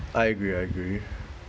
I agree I agree